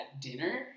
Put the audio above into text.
dinner